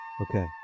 okay